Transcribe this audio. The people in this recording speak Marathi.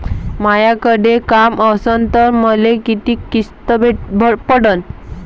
मायाकडे काम असन तर मले किती किस्त पडन?